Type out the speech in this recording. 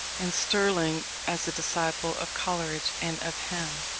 and sterling as a disciple of coleridge and of him.